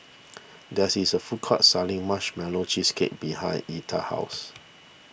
there's is a food court selling Marshmallow Cheesecake behind Etta's house